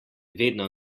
vedno